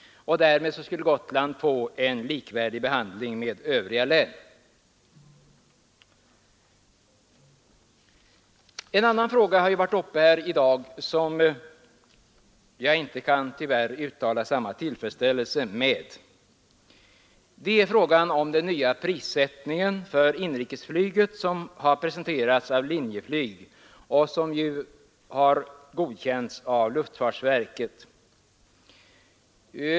Därmed skulle Gotland få ”en likvärdig behandling med övriga län”. En annan fråga som varit uppe här i dag kan jag tyvärr inte uttala samma tillfredsställelse med. Det är frågan om den nya prissättningen för inrikesflyget, som har presenterats av Linjeflyg och godkänts av luftfartsverket.